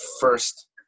first